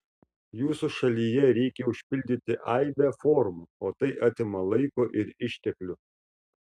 jūsų šalyje reikia užpildyti aibę formų o tai atima laiko ir išteklių